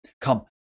Come